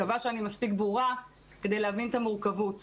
אני מקווה שאני מספיק ברורה כדי להבין את המורכבות.